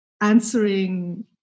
answering